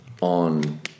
on